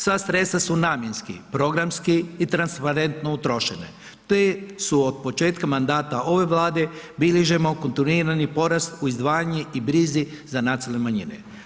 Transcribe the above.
Sva sredstva su namjenski, programski i transparentno utrošene te od početka mandata ove Vlade bilježimo kontinuirani porast u izdvajanju i brzi za nacionalne manjine.